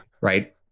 right